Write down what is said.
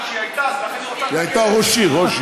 היא הייתה חברת מועצה.